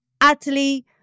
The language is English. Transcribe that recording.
utterly